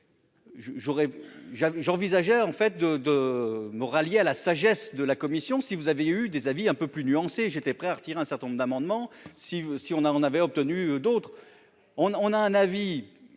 j'envisageais en fait de de me rallier à la sagesse de la commission si vous avez eu des avis un peu plus nuancé, j'étais prêt à retirer un certain nombre d'amendements, si si, on a, on avait obtenu d'autres on on a un avis